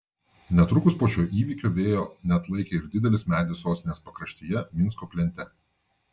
netrukus po šio įvykio vėjo neatlaikė ir didelis medis sostinės pakraštyje minsko plente